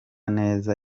neza